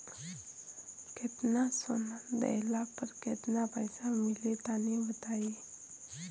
केतना सोना देहला पर केतना पईसा मिली तनि बताई?